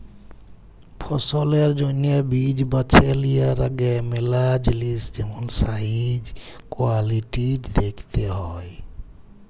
ফসলের জ্যনহে বীজ বাছে লিয়ার আগে ম্যালা জিলিস যেমল সাইজ, কোয়ালিটিজ দ্যাখতে হ্যয়